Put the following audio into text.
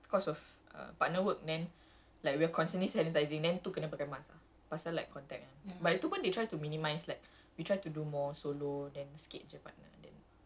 so sama lah two meters and all that tak payah pakai mask tapi tu recently um because of uh partner work and then like we are constantly sanitizing then tu kena pakai mask ah pasal like contact